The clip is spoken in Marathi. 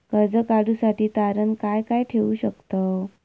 कर्ज काढूसाठी तारण काय काय ठेवू शकतव?